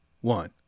one